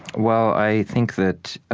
well, i think that